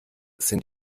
sind